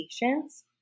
patients